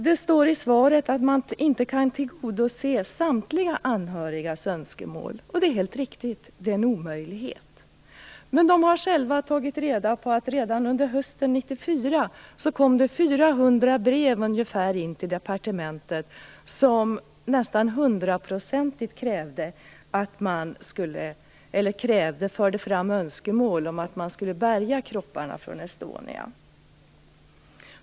Det står i svaret att det inte går att tillgodose samtliga anhörigas önskemål, och det är helt riktigt. Det är en omöjlighet. Men de anhöriga har själva tagit reda på att det redan under hösten 1994 kom ungefär 400 brev till departementet och att det i nästan samtliga fördes fram önskemål om att kropparna från Estonia skulle bärgas.